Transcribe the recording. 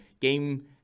game